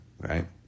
right